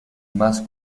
más